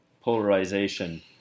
polarization